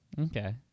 Okay